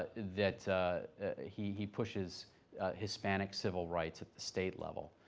ah that he he pushes hispanic civil rights at the state level.